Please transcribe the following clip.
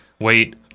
wait